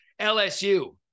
lsu